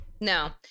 no